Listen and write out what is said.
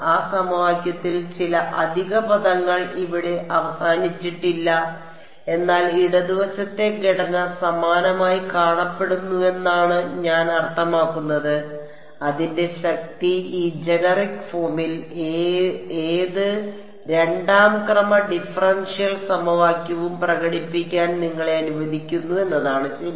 ആ സമവാക്യത്തിൽ ചില അധിക പദങ്ങൾ ഇവിടെ അവസാനിച്ചിട്ടില്ല എന്നാൽ ഇടതുവശത്തെ ഘടന സമാനമായി കാണപ്പെടുന്നുവെന്നാണ് ഞാൻ അർത്ഥമാക്കുന്നത് അതിന്റെ ശക്തി ഈ ജനറിക് ഫോമിൽ ഏത് രണ്ടാം ക്രമ ഡിഫറൻഷ്യൽ സമവാക്യവും പ്രകടിപ്പിക്കാൻ നിങ്ങളെ അനുവദിക്കുന്നു എന്നതാണ് ശരി